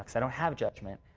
so don't have judgment.